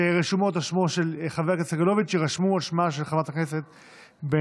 שרשומות על שמו של חבר הכנסת סגלוביץ'